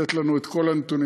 לתת לנו את כל הנתונים,